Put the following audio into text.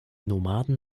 nomaden